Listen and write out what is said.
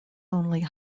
only